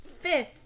fifth